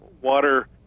water